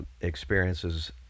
experiences